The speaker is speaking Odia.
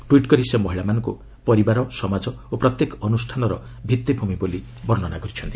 ଟ୍ୱିଟ୍ କରି ସେ ମହିଳାମାନଙ୍କୁ ପରିବାର ସମାଜ ଓ ପ୍ରତ୍ୟେକ ଅନୁଷ୍ଠାନର ଭିଭିଭୂମି ବୋଲି ବର୍ଷ୍ଣନା କରିଛନ୍ତି